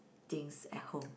things at home